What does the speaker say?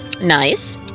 Nice